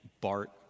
Bart